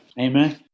Amen